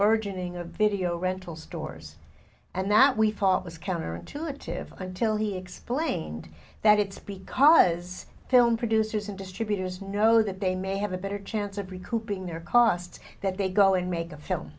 burgeoning a video rental stores and that we thought was counterintuitive until he explained that it's because film producers and distributors know that they may have a better chance of recouping their costs that they go and make a film